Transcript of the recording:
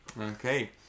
Okay